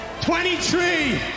23